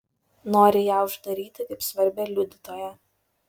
nori ją uždaryti kaip svarbią liudytoją